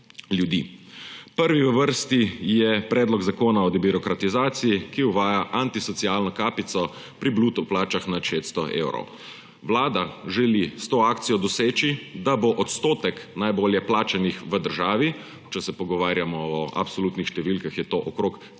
Prvi v vrsti je predlog zakona o debirokratizaciji, ki uvaja antisocialno kapico pri bruto plačah nad 600 evrov. Vlada želi s to akcijo doseči, da bo odstotek najbolje plačanih v državi, če se pogovarjamo o absolutnih številkah, je to okrog 13